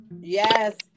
Yes